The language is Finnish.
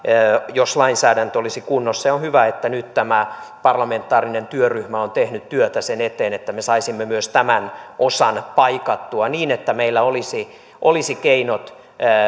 jos lainsäädäntö olisi kunnossa ja on hyvä että nyt tämä parlamentaarinen työryhmä on tehnyt työtä sen eteen että me saisimme myös tämän osan paikattua niin että meillä olisi olisi keinot